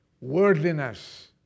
Worldliness